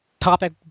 topic